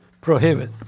prohibit